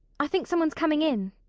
i think someone's coming in.